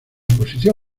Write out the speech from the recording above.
posición